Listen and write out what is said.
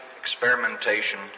experimentation